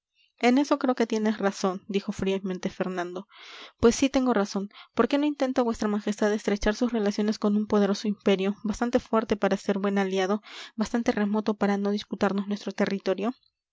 en eso creo que tienes razón dijo fríamente fernando pues si tengo razón por qué no intenta vuestra majestad estrechar sus relaciones con un poderoso imperio bastante fuerte para ser buen aliado bastante remoto para no disputarnos nuestro territorio